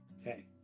Okay